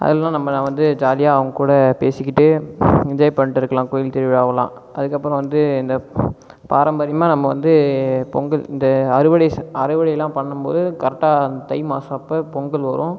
அதெல்லாம் நம்ம வந்து ஜாலியாக அவங்க கூட பேசிகிட்டு என்ஜாய் பண்ணிகிட்டு இருக்கலாம் கோயில் திருவிழாவெல்லாம் அதுக்கப்புறம் வந்து இந்த பாரம்பரியமாக நம்ம வந்து பொங்கல் இந்த அறுவடை அறுவடைல்லாம் பண்ணும் போது கரெக்டாக தை மாசமப்போ பொங்கல் வரும்